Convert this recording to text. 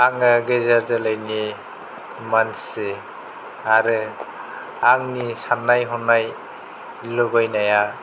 आङो गेजेर जोलैनि मानसि आरो आंनि साननाय हनाय लुबैनाया